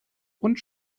und